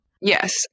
Yes